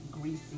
greasy